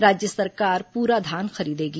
राज्य सरकार पूरा धान खरीदेगी